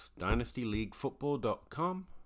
dynastyleaguefootball.com